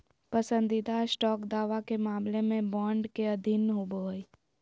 पसंदीदा स्टॉक दावा के मामला में बॉन्ड के अधीन होबो हइ